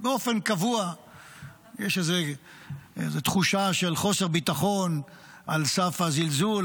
באופן קבוע יש איזו תחושה של חוסר ביטחון על סף הזלזול,